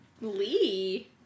Lee